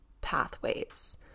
pathways